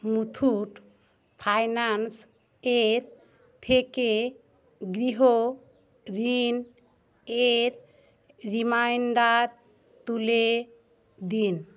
মুথুট ফাইনান্সের থেকে গৃহঋণের রিমাইন্ডার তুলে দিন